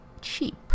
cheap